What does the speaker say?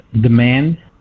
demand